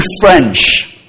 French